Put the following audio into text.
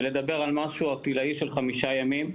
ולדבר על משהו ערטילאי של חמישה ימים.